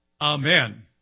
Amen